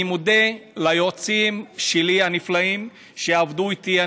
אני מודה ליועצים הנפלאים שלי שעבדו איתי.